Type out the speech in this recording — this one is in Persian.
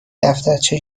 دفترچه